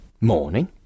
morning